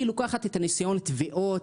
היא לוקחת את ניסיון התביעות.